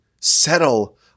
settle